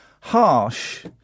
Harsh